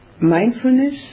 Mindfulness